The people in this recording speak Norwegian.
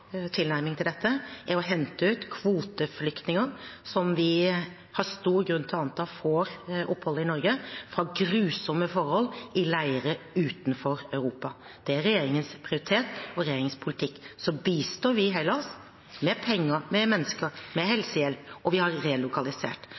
tilnærming til dette er å hente ut kvoteflyktninger som vi har stor grunn til å anta får opphold i Norge, fra grusomme forhold i leirer utenfor Europa. Det er regjeringens prioritet og regjeringens politikk. Så bistår vi Hellas med penger, mennesker